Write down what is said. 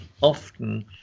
often